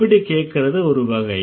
இப்படிக் கேக்கறது ஒரு வகை